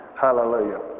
Hallelujah